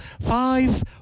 five